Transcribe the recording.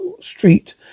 street